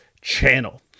channel